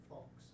Fox